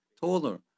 taller